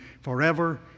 forever